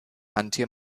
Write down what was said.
antje